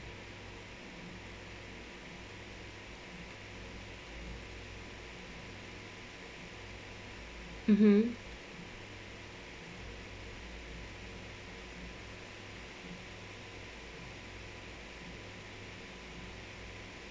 mmhmm